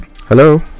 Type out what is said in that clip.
Hello